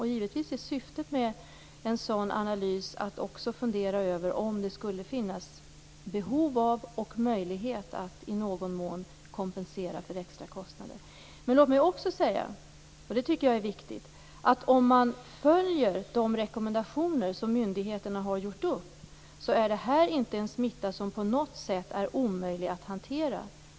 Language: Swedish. Givetvis är syftet med en sådan analys att man också skall fundera över om det kan finnas behov av och möjlighet att i någon mån kompensera för extra kostnader. Låt mig också säga, vilket är viktigt, att om man följer de rekommendationer som myndigheterna har gjort upp är det inte omöjligt att hantera den här smittan.